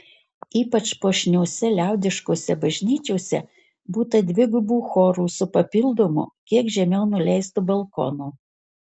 ypač puošniose liaudiškose bažnyčiose būta dvigubų chorų su papildomu kiek žemiau nuleistu balkonu